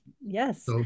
yes